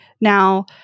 now